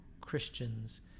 Christians